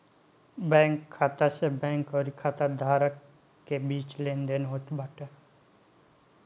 bank खाता से bank अउरी खाता धारक के बीच लेनदेन होत बाटे